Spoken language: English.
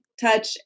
Touch